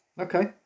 Okay